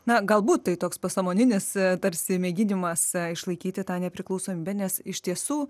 na galbūt tai toks pasąmoninis tarsi mėginimas išlaikyti tą nepriklausomybę nes iš tiesų